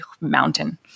mountain